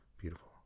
beautiful